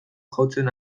jotzen